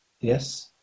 yes